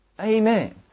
Amen